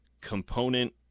component